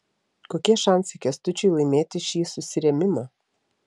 kokie šansai kęstučiui laimėti šį susirėmimą